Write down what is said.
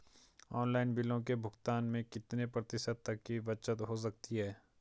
Online बिलों के भुगतान में कितने प्रतिशत तक की बचत हो सकती है?